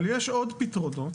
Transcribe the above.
אבל יש עוד פתרונות,